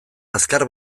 azkar